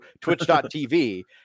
twitch.tv